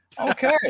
Okay